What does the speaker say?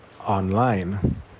online